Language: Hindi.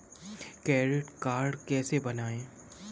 क्रेडिट कार्ड कैसे बनवाएँ?